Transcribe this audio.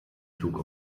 zug